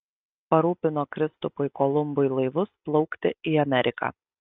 parūpino kristupui kolumbui laivus plaukti į ameriką